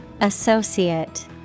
associate